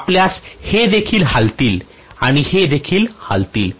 आपल्यास हे देखील हलतील आणि हे देखील हलतील